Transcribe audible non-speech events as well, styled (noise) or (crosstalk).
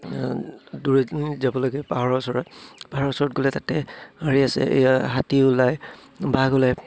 (unintelligible) যাব লাগে পাহাৰৰ ওচৰত পাহাৰৰ ওচৰত গ'লে তাতে হেৰি আছে এয়া হাতী ওলাই বাঘ ওলাই